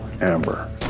Amber